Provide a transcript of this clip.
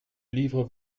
livre